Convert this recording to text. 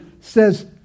says